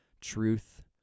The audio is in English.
truth